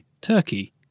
Turkey